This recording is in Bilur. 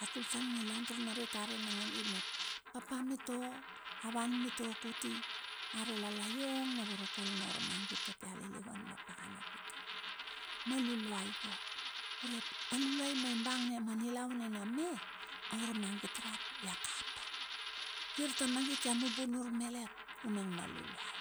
A tul tar anung nilaun, taur narit a re nanadi mep. Papa mitua, a wan mitu u kuti, a relela iong na vorokol na urmagit a tia lilivan ma pakana kiti. Ma luluai ka, urep a luluai maing bang me ma nilaun nena me, a ur maget rap ia kapa, kirta magit a mumbunur malet vunang ma luluai.